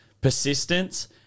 persistence